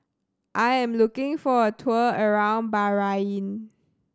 I am looking for a tour around Bahrain